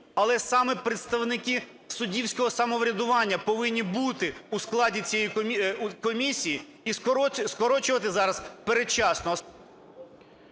Але саме представники суддівського самоврядування повинні бути у складі цієї комісії. І скорочувати зараз передчасно…